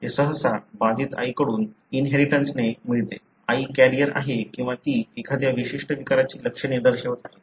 हे सहसा बाधित आईकडून इनहेरिटन्सने मिळते आई कॅरियर आहे किंवा ती एखाद्या विशिष्ट विकाराची लक्षणे दर्शवत आहे